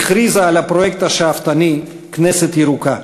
הכריזה על הפרויקט השאפתני "כנסת ירוקה".